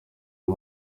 iyi